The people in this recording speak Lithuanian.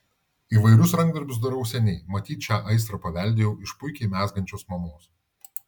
įvairius rankdarbius darau seniai matyt šią aistrą paveldėjau iš puikiai mezgančios mamos